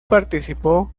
participó